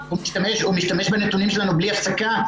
אנחנו נמצאים במצב שאין תקציב מדינה.